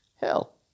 hell